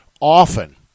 often